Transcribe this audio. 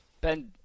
Ben